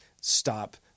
stop